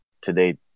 today